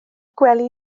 gwely